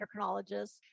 endocrinologist